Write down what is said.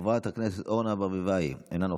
חברת הכנסת אורנה ברביבאי, אינה נוכחת,